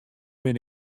bin